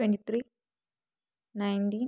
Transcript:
twenty three nineteen